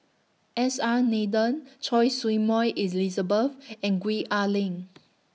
S R Nathan Choy Su Moi Elizabeth and Gwee Ah Leng